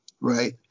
right